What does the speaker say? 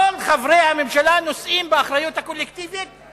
כל חברי הממשלה נושאים באחריות הקולקטיבית,